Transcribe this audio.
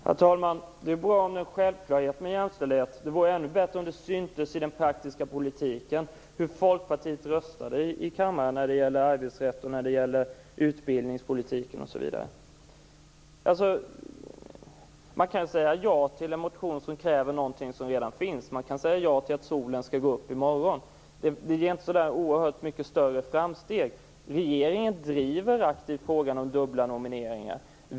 Herr talman! Det är bra om jämställdhet är en självklarhet. Men det vore ännu bättre om det i den praktiska politiken syntes hur Folkpartiet röstade i kammaren när det gällde arbetsrätten, utbildningspolitiken osv. Man kan säga ja till en motion som kräver någonting som redan finns. Man kan säga ja till att solen skall gå upp i morgon. Men det leder inte till så där oerhört stora framsteg. Regeringen driver aktivt frågan om dubbla nomineringar.